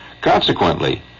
Consequently